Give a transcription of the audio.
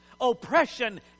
Oppression